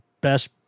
best